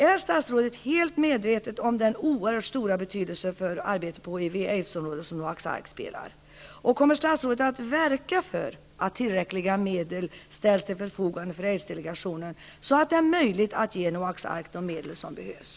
Är statsrådet helt medveten om den oerhört stora betydelse som Noaks Ark har för arbetet på HIV/aids-området? Kommer statsrådet att verka för att tillräckliga medel ställs till förfogande för Aids-delegationen så att det är möjligt att ge Noaks ark de medel som behövs?